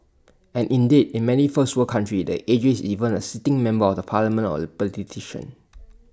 and indeed in many first world countries the A G is even A sitting member of the parliament or A